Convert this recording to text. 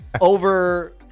over